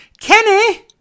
Kenny